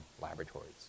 Laboratories